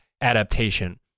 adaptation